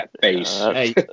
face